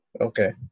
Okay